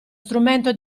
strumento